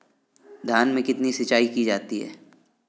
धान में कितनी सिंचाई की जाती है?